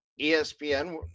ESPN